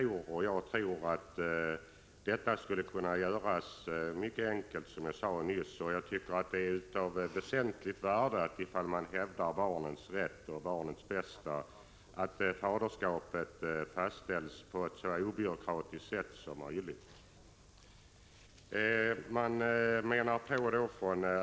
Jag tror att detta skulle kunna göras mycket enkelt, som jag sade nyss. Det är av väsentligt värde om man hävdar barnets rätt och barnets bästa att faderskapet fastställs på ett så obyråkratiskt sätt som möjligt.